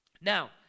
Now